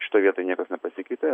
šitoj vietoj niekas nepasikeitė